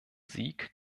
sieg